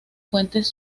fuentes